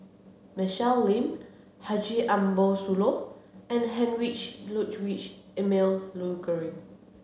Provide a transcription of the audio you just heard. Michelle Lim Haji Ambo Sooloh and Heinrich Ludwig Emil Luering